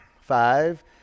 Five